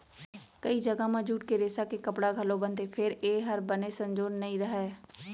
कइ जघा म जूट के रेसा के कपड़ा घलौ बनथे फेर ए हर बने संजोर नइ रहय